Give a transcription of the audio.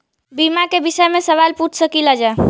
बीमा के विषय मे सवाल पूछ सकीलाजा?